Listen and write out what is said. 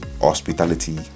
hospitality